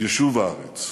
יישוב הארץ.